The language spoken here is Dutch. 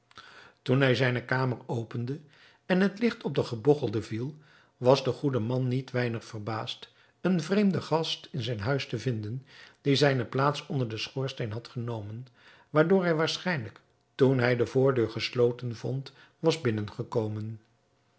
toen hij zijne kamer opende en het licht op den gebogchelde viel was de goede man niet weinig verbaasd een vreemden gast in zijn huis te vinden die zijne plaats onder den schoorsteen had genomen waardoor hij waarschijnlijk toen hij de voordeur gesloten vond was binnengekomen